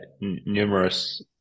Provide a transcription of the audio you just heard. numerous